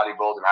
bodybuilding